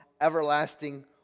everlasting